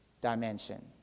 dimension